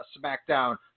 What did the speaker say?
SmackDown